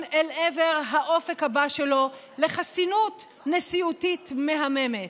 אל עבר האופק הבא שלו לחסינות נשיאותית מהממת.